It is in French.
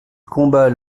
combat